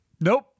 nope